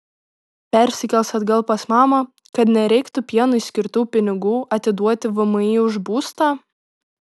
persikels atgal pas mamą kad nereiktų pienui skirtų pinigų atiduoti vmi už būstą